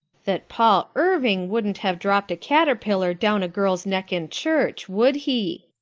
that paul irving wouldn't have dropped a caterpillar down a girl's neck in church, would he?